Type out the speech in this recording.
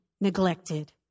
neglected